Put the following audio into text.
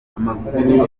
amakuru